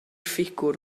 ffigwr